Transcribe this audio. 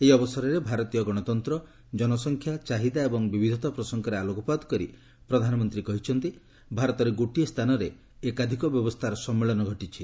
ଏହି ଅବସରରେ ଭାରତୀୟ ଗଣତନ୍ତ୍ର ଜନସଂଖ୍ୟା ଚାହିଦା ଏବଂ ବିବିଧତା ପ୍ରସଙ୍ଗରେ ଆଲୋକପାତ କରି ପ୍ରଧାନମନ୍ତ୍ରୀ କହିଛନ୍ତି ଭାରତରେ ଗୋଟିଏ ସ୍ଥାନରେ ଏକାଧିକ ବ୍ୟବସ୍ଥାର ସମ୍ମେଳନ ଘଟିଛି